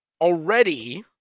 already